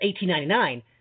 1899